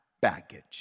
baggage